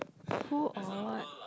who or what